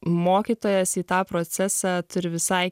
mokytojas į tą procesą turi visai